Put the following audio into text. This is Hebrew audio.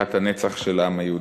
בירת הנצח של העם היהודי.